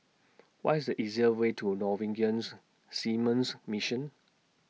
What IS The easier Way to Norwegian's Seamen's Mission